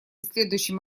следующем